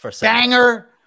banger